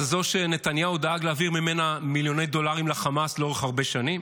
זאת זו שנתניהו דאג להעביר ממנה מיליוני דולרים לחמאס לאורך הרבה שנים?